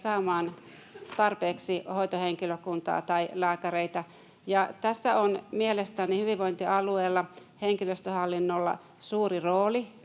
saamaan tarpeeksi hoitohenkilökuntaa tai lääkäreitä. Tässä on mielestäni hyvinvointialueella henkilöstöhallinnolla suuri rooli